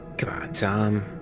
tom.